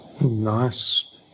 nice